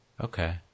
Okay